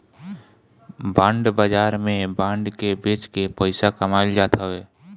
bond बाजार में bond के बेच के पईसा कमाईल जात हवे